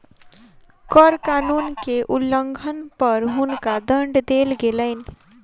कर कानून के उल्लंघन पर हुनका दंड देल गेलैन